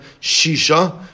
Shisha